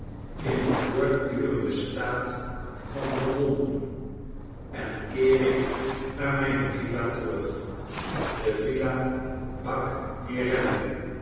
in een voortdurenden staat van verwondering en keer ik naar mijne villa terug de villa b